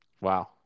Wow